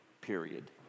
period